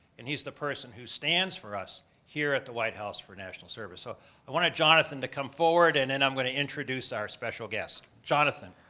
and he's the person who stands for us here at the white house for national service. so i wanted jonathan to come forward and then and i'm going to introduce our special guest. jonathan.